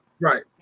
right